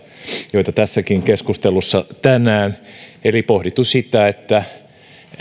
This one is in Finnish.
joita tässäkin keskustelussa tänään eli pohdittu sitä että